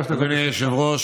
של המטרו,